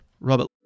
Robert